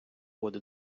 воду